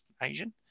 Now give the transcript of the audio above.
Asian